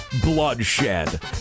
bloodshed